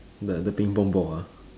the the ping-pong ball ah